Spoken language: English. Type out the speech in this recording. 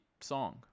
song